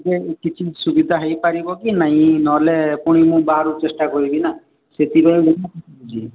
ଯେ କିଛି ସୁବିଧା ହେଇପାରିବ କି ନାଇଁ ନହେଲେ ପୁଣି ମୁଁ ବାହାରୁ ଚେଷ୍ଟା କରିବି ନା ସେଥିପାଇଁ ମୁଁ କହୁଛି